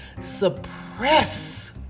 suppress